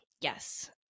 yes